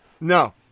No